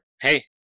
Hey